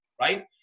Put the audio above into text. Right